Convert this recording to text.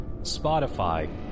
Spotify